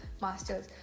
master's